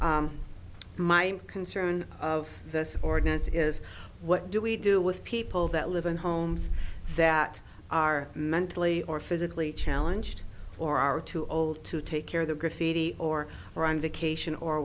my concern of this ordinance is what do we do with people that live in homes that are mentally or physically challenged or are too old to take care of the graffiti or are on vacation or